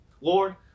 Lord